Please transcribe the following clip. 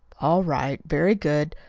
all right. very good.